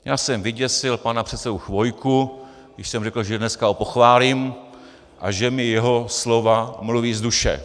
Já jsem vyděsil pana předsedu Chvojku, když jsem řekl, že dneska ho pochválím a že mi jeho slova mluví z duše.